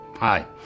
Hi